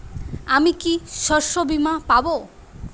আমি কি শষ্যবীমা পাব?